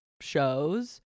shows